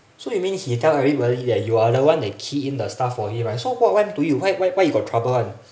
so you mean he tell everybody that you are the one that key in the stuff for him right so so what why do you why why why you got trouble [one]